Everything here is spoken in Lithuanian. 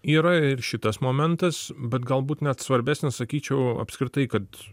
yra ir šitas momentas bet galbūt net svarbesnis sakyčiau apskritai kad